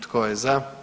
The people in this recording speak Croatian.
Tko je za?